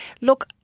look